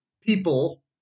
people